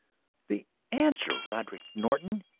the answer, roderick norton,